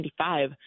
1995